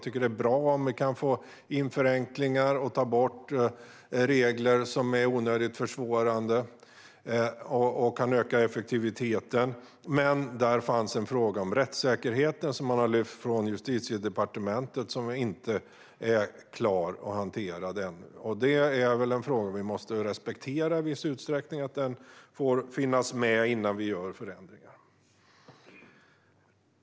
Det är bra om vi kan få in förenklingar och ta bort regler som är onödigt försvårande för att på så vis öka effektiviteten. Det finns dock en fråga som ännu inte har hanterats klart och som gäller rättssäkerheten, vilket Justitiedepartementet har lyft fram. Vi måste i viss utsträckning respektera detta och låta frågan tas om hand innan vi gör förändringar.